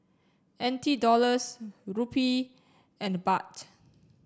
N T Dollars Rupee and Baht